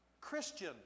Christian